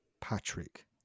Patrick